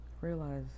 realize